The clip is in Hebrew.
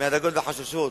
מהדאגות והחששות,